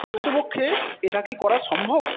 প্রকৃতপক্ষে এটা কি করা সম্ভব